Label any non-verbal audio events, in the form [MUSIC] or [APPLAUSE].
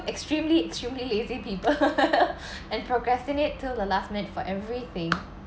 extremely extremely lazy people [LAUGHS] and procrastinate till the last minute for everything